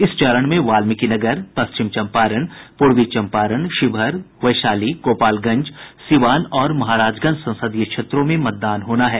इस चरण में वाल्मीकिनगर पश्चिम चंपारण पूर्वी चंपारण शिवहर वैशाली गोपालगंज सिवान और महाराजगंज संसदीय क्षेत्रों में मतदान होना है